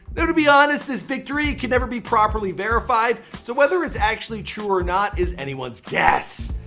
to be honest, this victory could never be properly verified, so whether it's actually true or not is anyone's guess.